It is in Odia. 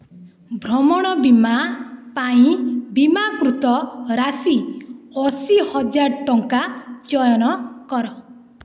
ଭ୍ରମଣ ବୀମା ପାଇଁ ବୀମାକୃତ ରାଶି ଅଶୀ ହଜାର ଟଙ୍କା ଚୟନ କର